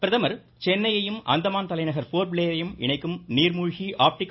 பிரதமர் ச சென்னையையும் அந்தமான் தலைநகர் போர்ட் ப்ளேரையும் இணைக்கும் நீர்மூழ்கி ஆப்டிக்கல்